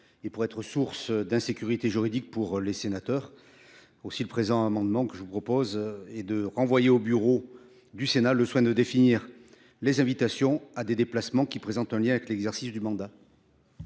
qui pourrait être source d’insécurité juridique pour les sénateurs. L’amendement vise à renvoyer au Bureau du Sénat le soin de définir les invitations à des déplacements qui présentent un lien avec l’exercice du mandat.